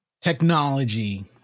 technology